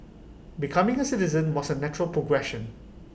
becoming A citizen was A natural progression